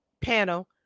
panel